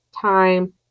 time